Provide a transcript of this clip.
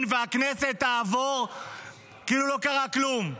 לדיון, והכנסת תעבור כאילו לא קרה כלום.